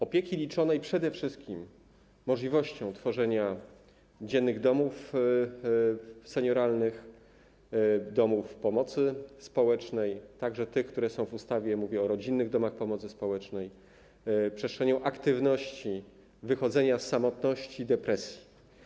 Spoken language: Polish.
Opieki liczonej przede wszystkim możliwością tworzenia dziennych domów senioralnych, domów pomocy społecznej, także tych, które są w ustawie - mówię o rodzinnych domach pomocy społecznej - przestrzenią aktywności, wychodzenia z samotności, z depresji.